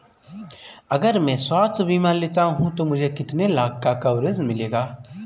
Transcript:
अगर मैं स्वास्थ्य बीमा लेता हूं तो मुझे कितने लाख का कवरेज मिलेगा?